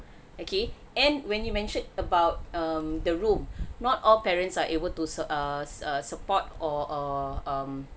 okay and when you mention about um the room not all parents are able to ser~ err err support or err um